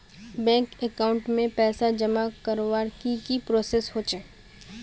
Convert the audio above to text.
Bank account में पैसा जमा करवार की की प्रोसेस होचे?